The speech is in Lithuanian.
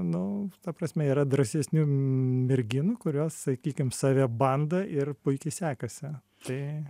nu ta prasme yra drąsesnių merginų kurios sakykim save bando ir puikiai sekasi tai